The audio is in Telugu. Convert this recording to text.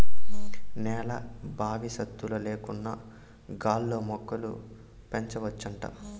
నేల బవిసత్తుల లేకన్నా గాల్లో మొక్కలు పెంచవచ్చంట